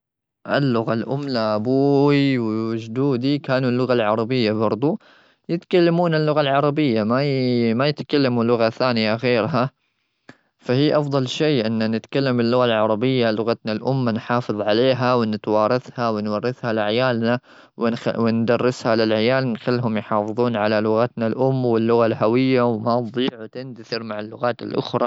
اللغة الأم، أبوي وجدودي كانوا اللغة العربية، برضو يتكلمون اللغة العربية، ما-ما يتكلموا لغة ثانية غيرها. فهي أفضل شيء، إنا نتكلم اللغة العربية، لغتنا الأم، نحافظ عليها، ونتوارثها، ونورثها لعيالنا، ونخ-وندرسها للعيال، نخلهم يحافظون على لغتنا الأم واللغة الهوية، وما تضيع وتندثر مع اللغات الأخرى.